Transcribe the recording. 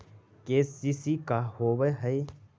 KCC का होव हइ?